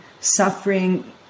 suffering